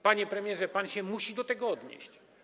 Panie premierze, pan się musi do tego odnieść.